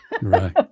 Right